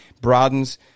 broadens